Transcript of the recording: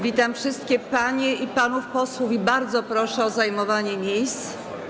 Witam wszystkie panie i panów posłów i bardzo proszę o zajmowanie miejsc.